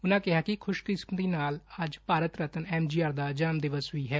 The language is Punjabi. ਉਂਨੂਾਂ ਕਿਹਾ ਕਿ ਖੁਸ਼ਕਿਸਤੀ ਨਾਲ ਅੱਜ ਭਾਰਤ ਰਤਨ ਐਮਜੀਆਰ ਦਾ ਜਨਮ ਦਿਵਸ ਵੀ ਹੈ